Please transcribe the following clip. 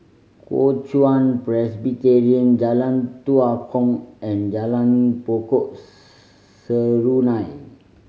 Kuo Chuan Presbyterian Jalan Tua Kong and Jalan Pokok Serunai